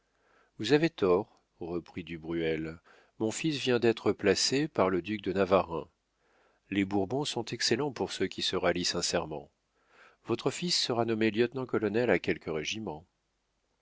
vous avez tort reprit du bruel mon fils vient d'être placé par le duc de navarreins les bourbons sont excellents pour ceux qui se rallient sincèrement votre fils serait nommé lieutenant-colonel à quelque régiment